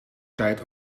tijd